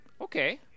Okay